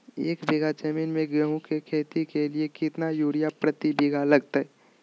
एक बिघा जमीन में गेहूं के खेती के लिए कितना यूरिया प्रति बीघा लगतय?